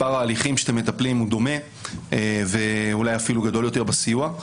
מספר ההליכים שאתם מטפלים הוא דומה ואולי אפילו גדול יותר בסיוע.